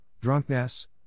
drunkenness